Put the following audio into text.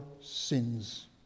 sins